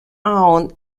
own